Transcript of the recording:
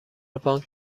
بانک